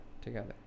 together